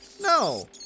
No